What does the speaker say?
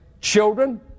children